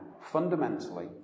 fundamentally